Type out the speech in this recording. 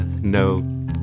no